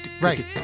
Right